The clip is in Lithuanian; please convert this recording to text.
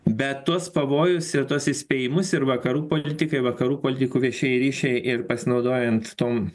bet tuos pavojus ir tuos įspėjimus ir vakarų politikai vakarų politikų viešieji ryšiai ir pasinaudojant tom